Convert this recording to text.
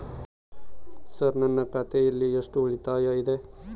Sir ನನ್ನ ಖಾತೆಯಲ್ಲಿ ಎಷ್ಟು ಉಳಿತಾಯ ಇದೆ?